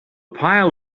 pile